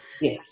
Yes